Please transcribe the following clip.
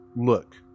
look